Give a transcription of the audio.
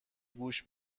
گوش